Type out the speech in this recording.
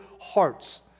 hearts